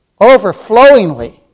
overflowingly